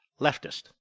leftist